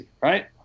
right